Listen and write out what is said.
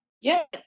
yes